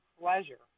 pleasure